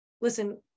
listen